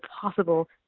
possible